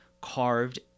carved